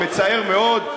מצער מאוד,